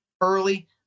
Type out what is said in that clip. early